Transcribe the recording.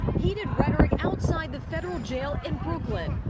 heated rhetoric outside the federal jail in brooklyn.